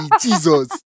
Jesus